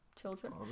children